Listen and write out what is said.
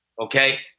Okay